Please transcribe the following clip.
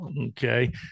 Okay